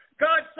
God